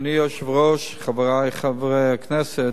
אדוני היושב-ראש, חברי חברי הכנסת,